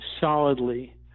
solidly